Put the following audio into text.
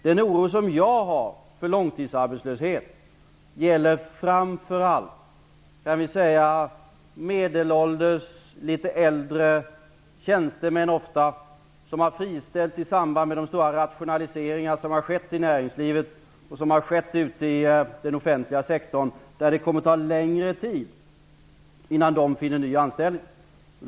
Den oro för långtidsarbetslöshet som jag har gäller framför allt medelålders eller litet äldre, ofta tjänstemän, som har friställts i samband med de stora rationaliseringar som har skett i näringslivet och i den offentliga sektorn. Det kommer att ta längre tid innan dessa människor finner en ny anställning.